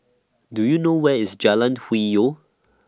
Do YOU know Where IS Jalan Hwi Yoh